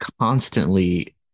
constantly